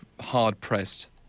hard-pressed